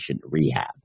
rehab